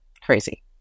crazy